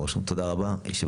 תודה רבה, הישיבה נעולה.